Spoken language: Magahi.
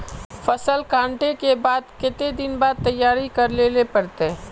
फसल कांटे के बाद कते दिन में तैयारी कर लेले पड़ते?